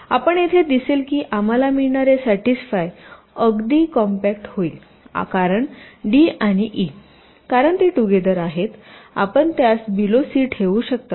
तर आपण येथे दिसेल की आम्हाला मिळणारे सॅटिसफाय अधिक कॉम्पॅक्ट होईलकारण डी आणि ईकारण ते टुगेदर आहेतआपण त्यास बिलो सी ठेवू शकता